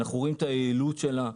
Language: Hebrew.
אנחנו רואים את היעילות שלה,